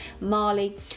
Mali